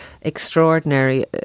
extraordinary